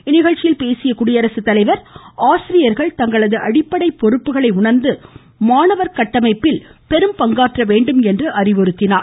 இந்நிகழ்ச்சியில் பேசிய குடியரசு தலைவர் ஆசிரியர்கள் தங்களது அடிப்படை பொறுப்புகளை உணர்ந்து மாணவர்கள் கட்டமைப்பில் பெரும் பங்காற்ற வேண்டும் என்று அறிவுறுத்தினார்